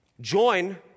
Join